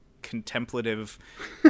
Contemplative